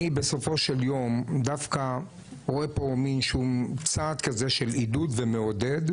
אני בסופו של יום דווקא רואה פה מן צעד כזה של עידוד ומעודד.